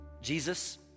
Jesus